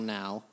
now